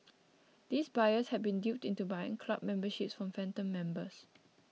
these buyers had been duped into buying club memberships from phantom members